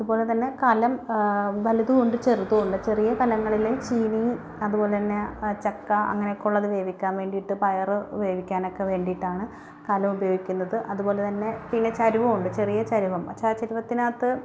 അതുപോലെ തന്നെ കലം വലുതും ഉണ്ട് ചെറുതും ഉണ്ട് ചെറിയ കലങ്ങളിൽ ചീനി അതുപോലെ തന്നെ ചക്ക അങ്ങനെയൊക്കെ ഉള്ളത് വേവിക്കാൻ വേണ്ടിയിട്ട് പയറ് വേവിക്കാനൊക്കെ വേണ്ടിയിട്ടാണ് കലം ഉപയോഗിക്കുന്നത് അതുപോലെ തന്നെ പിന്നെ ചരുവം ഉണ്ട് ചെറിയ ചരുവം ആ ചരുവത്തിനകത്ത്